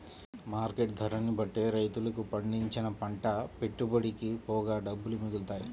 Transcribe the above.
market ధరని బట్టే రైతులకు పండించిన పంట పెట్టుబడికి పోగా డబ్బులు మిగులుతాయి